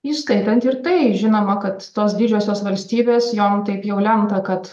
įskaitant ir tai žinoma kad tos didžiosios valstybės jom taip jau lemta kad